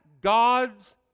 God's